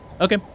Okay